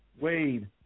Wade